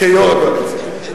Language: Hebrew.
כיושב-ראש הקואליציה.